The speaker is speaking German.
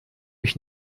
ich